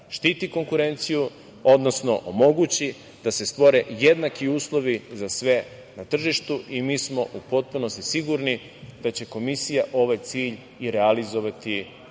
štiti konkurenciju, odnosno omogući da se stvore jednaki uslovi za sve na tržištu i mi smo u potpunosti sigurni da će Komisija ovaj cilj i realizovati kao